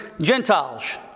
Gentiles